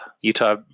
Utah